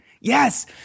Yes